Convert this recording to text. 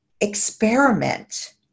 Experiment